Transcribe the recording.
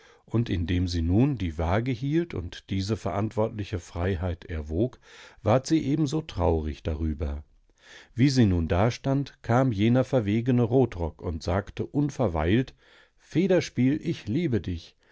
und indem sie nun die wage hielt und diese verantwortliche freiheit erwog ward sie ebenso traurig darüber wie sie nun dastand kam jener verwegene rotrock und sagte unverweilt federspiel ich liebe dich